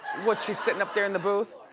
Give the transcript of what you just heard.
well, she's sittin' up there in the booth.